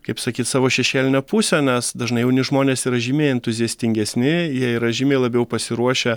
kaip sakyt savo šešėlinę pusę nes dažnai jauni žmonės yra žymiai entuziastingesni jie yra žymiai labiau pasiruošę